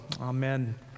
Amen